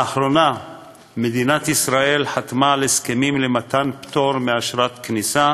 לאחרונה חתמה מדינת ישראל על הסכמים למתן פטור מאשרת כניסה